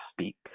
speak